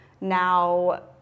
now